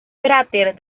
cráter